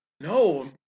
No